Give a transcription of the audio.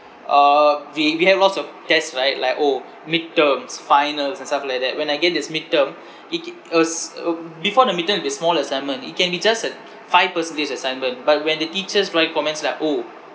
uh we we have lots of tests right like orh midterms finals and stuff like that when I get this midterm it us uh before the midterm will be small assignment it can be just a five percentage assignment but when the teachers write comments like orh